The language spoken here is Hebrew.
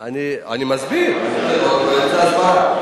אני מסביר, באמצע ההסבר.